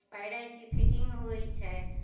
पहिरैत छी फिटिंग होइत छै